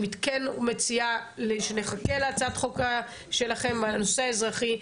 אני כן מציעה שנחכה להצעת החוק שלכם בנושא האזרחי,